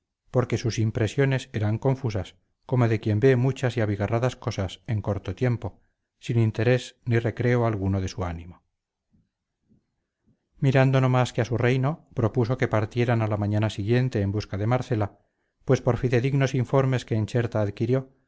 porque sus impresiones eran confusas como de quien ve muchas y abigarradas cosas en corto tiempo sin interés ni recreo alguno de su ánimo mirando no más que a su reino propuso que partieran a la mañana siguiente en busca de marcela pues por fidedignos informes que en cherta adquirió